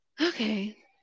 Okay